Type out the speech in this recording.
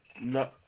no